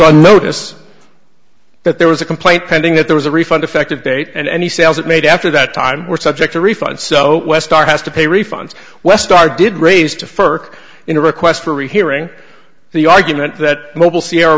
on notice that there was a complaint pending that there was a refund effective date and any sales that made after that time were subject to refund so west are has to pay refunds west star did raise to first in a request for rehearing the argument that mobile